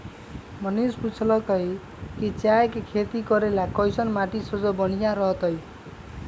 मनीष पूछलकई कि चाय के खेती करे ला कईसन माटी सबसे बनिहा रहतई